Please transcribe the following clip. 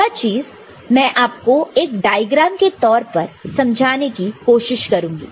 यह चीज मैं आपको एक डायग्राम के तौर पर समझाने की कोशिश करूंगी